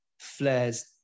Flares